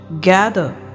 gather